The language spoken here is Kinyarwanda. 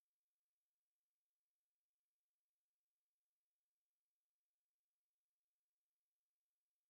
Ashobora kuba aturiye umuhanda cyangwa ibindi bikorwa. Mu biruhuko ni bwo usanga abantu benshi bitabira kujya muri ayo masomero yo hanze.